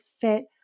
fit